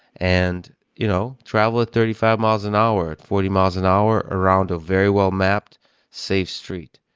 and you know travel at thirty five miles an hour, at forty miles an hour around a very well-mapped safe street.